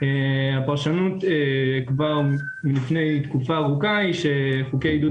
הפרשנות מלפני תקופה ארוכה היא שחוקי עידוד